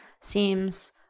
seems